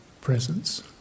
presence